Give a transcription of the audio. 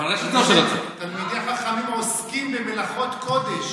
תלמידי חכמים עוסקים במלאכות קודש.